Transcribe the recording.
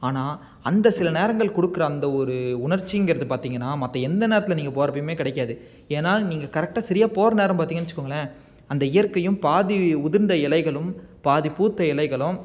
ஆனால் அந்த சில நேரங்கள் கொடுக்குற அந்த ஒரு உணர்ச்சிங்கிறது பார்த்திங்கன்னா மற்ற எந்த நேரத்தில் நீங்கள் போறப்பயுமே கிடைக்காது ஏன்னா நீங்கள் கரெக்டாக சரியாக போகிற நேரம் பார்த்திங்கன்னு வச்சுக்கோங்களேன் அந்த இயற்கையும் பாதி உதிர்ந்த இலைகளும் பாதி பூத்த இலைகளும்